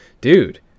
dude